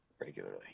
regularly